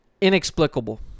inexplicable